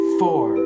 four